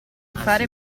fare